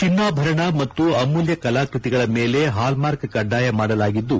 ಚಿನ್ನಾಭರಣ ಮತ್ತು ಅಮೂಲ್ಡ ಕಲಾಕೃತಿಗಳ ಮೇಲೆ ಹಾಲ್ಮಾರ್ಕ್ ಕಡ್ಡಾಯ ಮಾಡಲಾಗಿದ್ದು